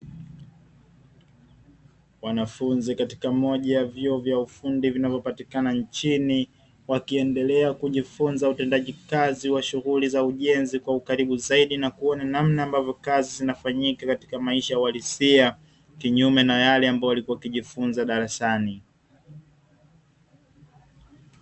Wanafunzi katika moja ya vyuo vya ufundi vinavyopatikana nchini, wakiendelea kujifunza utendaji kazi wa shughuli za ujenzi kwa ukaribu zaidi, na kuona namna ambavyo kazi zinafanyika katika maisha ya uhalisia, kinyume na yale ambayo walipokijifunza darasani.